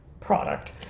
product